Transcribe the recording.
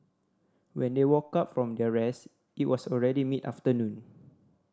when they woke up from their rest it was already mid afternoon